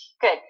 Good